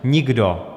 Nikdo.